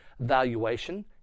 valuation